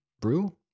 Brew